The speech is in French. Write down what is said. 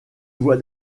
voit